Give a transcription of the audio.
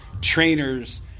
trainers